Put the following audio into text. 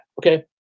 Okay